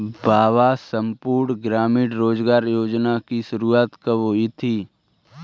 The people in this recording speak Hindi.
बाबा संपूर्ण ग्रामीण रोजगार योजना की शुरुआत कब हुई थी?